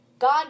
God